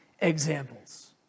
examples